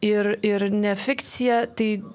ir ir ne fikcija tai